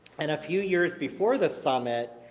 and a few years before the summit,